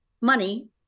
money